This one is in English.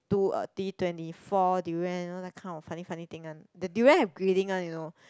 two um D twenty four durian you know that kind of funny funny thing one the durian have grading one you know